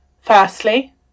Firstly